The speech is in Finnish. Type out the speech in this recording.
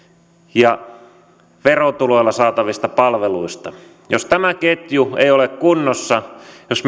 ja verotuloilla saatavista palveluista jos tämä ketju ei ole kunnossa jos